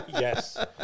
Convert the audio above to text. Yes